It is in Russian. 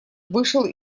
вышел